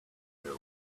their